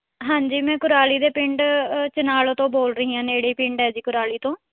ਹਾਂਜੀ ਮੈਂ ਕੁਰਾਲੀ ਦੇ ਪਿੰਡ ਚਨਾਲੋ ਤੋਂ ਬੋਲ ਰਹੀ ਹਾਂ ਨੇੜੇ ਹੀ ਪਿੰਡ ਹੈ ਜੀ ਕੁਰਾਲੀ ਤੋਂ